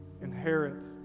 inherit